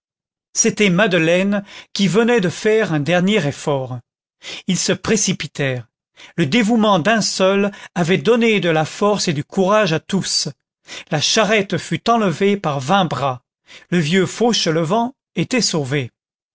c'était madeleine qui venait de faire un dernier effort ils se précipitèrent le dévouement d'un seul avait donné de la force et du courage à tous la charrette fut enlevée par vingt bras le vieux fauchelevent était sauvé